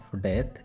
death